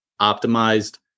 optimized